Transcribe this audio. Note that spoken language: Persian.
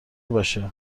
باشه